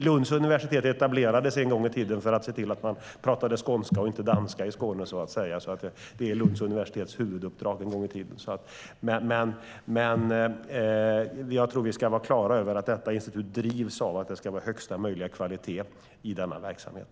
Lunds universitet etablerades en gång i tiden för att se till att man pratade skånska och inte danska i Skåne, så det var Lunds universitets huvuduppdrag en gång i tiden. Jag tror att vi ska vara klara över att detta institut drivs av att ha högsta möjliga kvalitet i sin verksamhet.